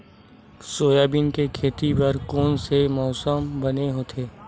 Soybean के खेती बर कोन से मौसम बने होथे?